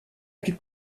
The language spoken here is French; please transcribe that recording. plus